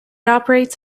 operates